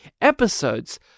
episodes